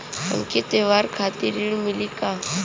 हमके त्योहार खातिर ऋण मिली का?